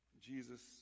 Jesus